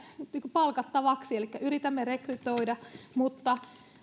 palkattavaksi elikkä yritämme rekrytoida mutta